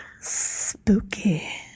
Spooky